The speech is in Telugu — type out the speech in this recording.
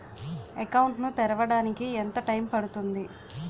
అకౌంట్ ను తెరవడానికి ఎంత టైమ్ పడుతుంది?